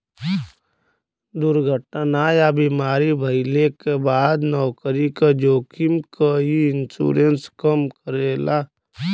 दुर्घटना या बीमारी भइले क बाद नौकरी क जोखिम क इ इन्शुरन्स कम करेला